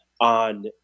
on